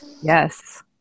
Yes